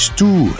two